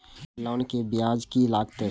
Loan के ब्याज की लागते?